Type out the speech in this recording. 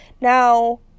Now